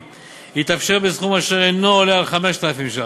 יתאפשר בסכום אשר אינו עולה על 5,000 ש"ח,